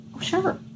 Sure